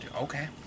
Okay